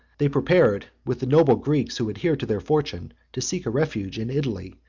they prepared, with the noble greeks who adhered to their fortune, to seek a refuge in italy,